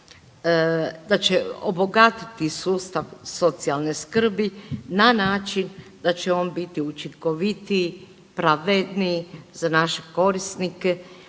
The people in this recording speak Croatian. da će obogatiti sustav socijalne skrbi na način da će on biti učinkovitiji, pravedniji za naše korisnike,